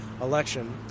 election